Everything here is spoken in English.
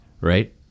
right